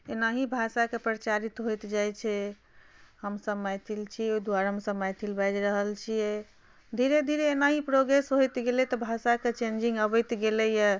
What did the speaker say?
एनाहि भाषाके प्रचारित होइत जाइत छै हमसब मैथिल छी ओहि दुआरे हमसब मैथिल बाजि रहल छियै धीरे धीरे एनाहे प्रोग्रेस होइत गेलै तऽ भाषाके चेंजिङ्ग अबैत गेलैया